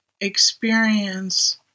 experience